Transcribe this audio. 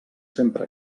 sempre